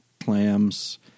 clams